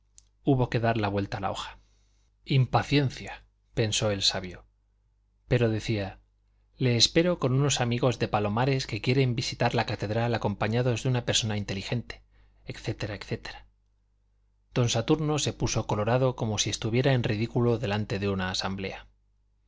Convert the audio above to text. hubo que dar vuelta a la hoja impaciencia pensó el sabio pero decía le espero con unos amigos de palomares que quieren visitar la catedral acompañados de una persona inteligente etc etc don saturno se puso colorado como si estuviera en ridículo delante de una asamblea